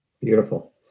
beautiful